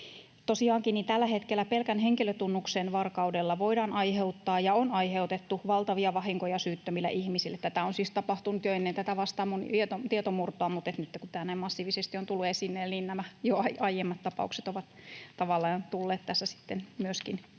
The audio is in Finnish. tällä hetkellä pelkän henkilötunnuksen varkaudella voidaan aiheuttaa ja on aiheutettu valtavia vahinkoja syyttömille ihmisille. Tätä on siis tapahtunut jo ennen tätä Vastaamon tietomurtoa, mutta nyt kun tämä näin massiivisesti on tullut esille, niin myöskin nämä aiemmat tapaukset ovat tavallaan tulleet tässä sitten